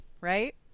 right